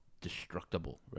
destructible